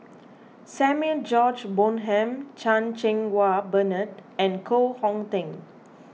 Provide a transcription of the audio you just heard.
Samuel George Bonham Chan Cheng Wah Bernard and Koh Hong Teng